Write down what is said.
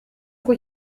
uko